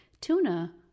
Tuna